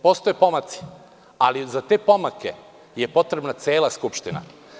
Postoje pomaci, ali za te pomake je potrebna cela Skupština.